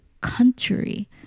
country